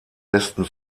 besten